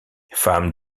femme